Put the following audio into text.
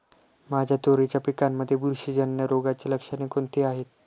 माझ्या तुरीच्या पिकामध्ये बुरशीजन्य रोगाची लक्षणे कोणती आहेत?